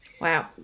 Wow